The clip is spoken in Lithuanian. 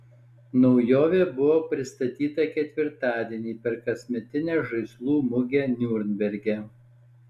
naujovė buvo pristatyta ketvirtadienį per kasmetinę žaislų mugę niurnberge